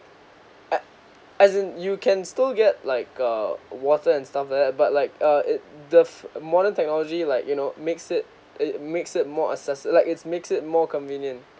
a as in you can still get like a water and stuff like that but like uh it the f~ modern technology like you know makes it it makes it more access like it's makes it more convenient